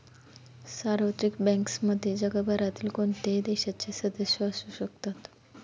सार्वत्रिक बँक्समध्ये जगभरातील कोणत्याही देशाचे सदस्य असू शकतात